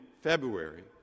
February